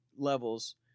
levels